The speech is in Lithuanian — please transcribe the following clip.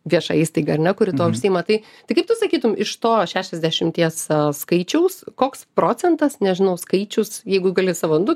vieša įstaiga ar ne kuri tuo užsiima tai tai kaip tu sakytum iš to šešiasdešimties skaičiaus koks procentas nežinau skaičius jeigu gali savo du